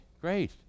great